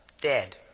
dead